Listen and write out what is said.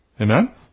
Amen